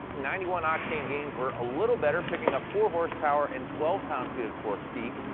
ninety one octane gains were a little better, picking up four horsepower and twelve pound feet of torque feet,